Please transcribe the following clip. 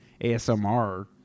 asmr